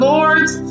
Lord's